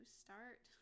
start